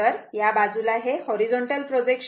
तर या बाजूला हे horizontal projection V V cos α आहे